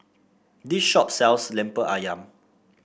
this shop sells lemper ayam